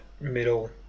middle